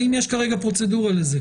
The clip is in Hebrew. האם יש כרגע פרוצדורה לזה?